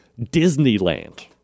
Disneyland